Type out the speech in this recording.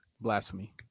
Blasphemy